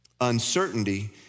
uncertainty